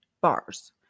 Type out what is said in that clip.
bars